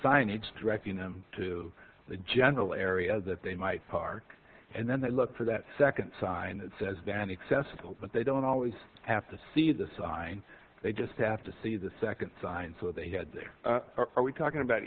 signage directing them to the general area that they might park and then they look for that second sign that says van excessive but they don't always have to see the sign they just have to see the second sign so they had their are we talking about